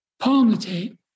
palmitate